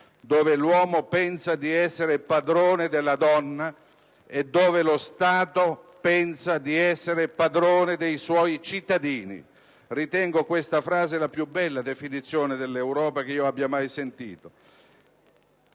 dove l'uomo pensa di essere padrone della donna e dove lo Stato pensa di essere padrone dei suoi cittadini». Ritengo questa frase la più bella definizione d'Europa mai sentita.